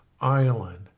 island